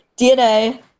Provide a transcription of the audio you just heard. dna